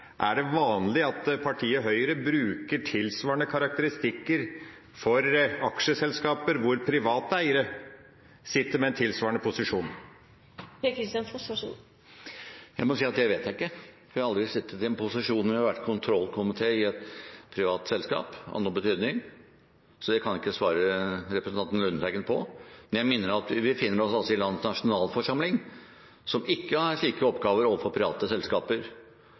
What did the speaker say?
Er det vanlig at partiet Høyre bruker tilsvarende karakteristikker for aksjeselskaper hvor private eiere sitter med en tilsvarende posisjon? Jeg må si at det vet jeg ikke, for jeg har aldri sittet i en posisjon hvor jeg har vært i kontrollkomité for et privat selskap av noen betydning. Så det kan jeg ikke svare representanten Lundteigen på. Men jeg minner altså om at vi befinner oss i landets nasjonalforsamling som ikke har slike oppgaver overfor private selskaper.